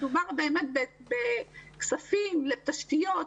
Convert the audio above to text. מדובר באמת בכספים לתשתיות,